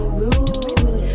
rude